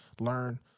learn